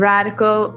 Radical